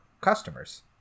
customers